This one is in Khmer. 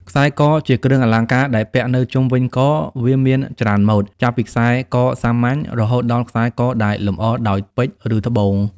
ខ្សែក ជាគ្រឿងអលង្ការដែលពាក់នៅជុំវិញក វាមានច្រើនម៉ូត ចាប់ពីខ្សែកសាមញ្ញ រហូតដល់ខ្សែកដែលលម្អដោយពេជ្រ ឬត្បូង។